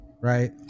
right